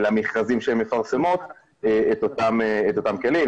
למכרזים שהן מפרסמות את אותם כלים,